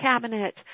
cabinet